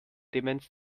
demenz